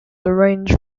arrange